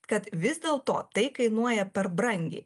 kad vis dėlto tai kainuoja per brangiai